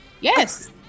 Yes